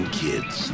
kids